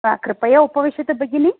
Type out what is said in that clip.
हा कृपया उपविशतु भगिनि